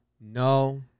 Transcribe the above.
no